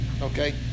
Okay